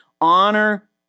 Honor